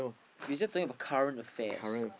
we just talking about current affairs